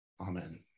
amen